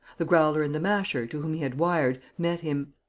the growler and the masher, to whom he had wired, met him.